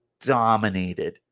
dominated